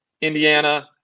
Indiana